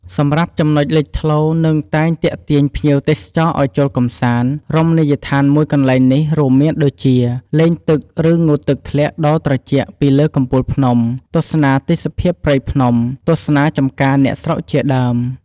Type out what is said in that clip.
សម្រាប់ចំណុចលេចធ្លោនិងតែងទាក់ទាញភ្ញៀវទេសចរឱ្យចូលកម្សាន្ម រមណីយដ្ឋានមួយកន្លែងនេះរួមមានដូចជា លេងទឹកឬងូតទឹកធ្លាក់ដ៏ត្រជាក់ពីលើកំពូលភ្នំ ទស្សនាទេសភាពព្រៃភ្នំ ទស្សនាចំការអ្នកស្រុកជាដើម ។